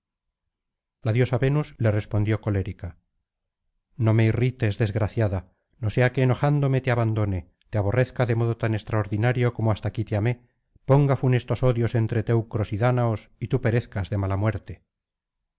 la diosa venus le respondió colérica no me irrites desgraciada no sea que enojándome te abandone te aborrezca de modo tan extraordinario como hasta aquí te amé ponga funestos odios entre teucros y dáñaos y tú perezcas de mala muerte